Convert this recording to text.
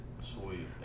Sweet